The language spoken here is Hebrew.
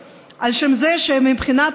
על שום זה שהם מאמינים בדת אחרת.